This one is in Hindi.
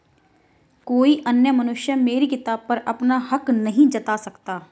कोई अन्य मनुष्य मेरी किताब पर अपना हक नहीं जता सकता